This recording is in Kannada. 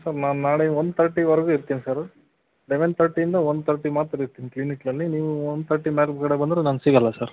ಸರ್ ನಾನು ನಾಳೆ ಒನ್ ತರ್ಟಿವರೆಗೂ ಇರ್ತೀನಿ ಸರ ಲೆವೆನ್ ತರ್ಟಿಯಿಂದ ಒನ್ ತರ್ಟಿ ಮಾತ್ರ ಇರ್ತೀನಿ ಕ್ಲಿನಿಕ್ನಲ್ಲಿ ನೀವು ಒನ್ ತರ್ಟಿ ಮೇಲ್ಗಡೆ ಬಂದರೆ ನಾನು ಸಿಗೋಲ್ಲ ಸರ್